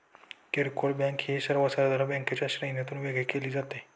किरकोळ बँक ही सर्वसाधारण बँकांच्या श्रेणीतून वेगळी केली जाते